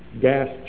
gas